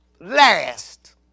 last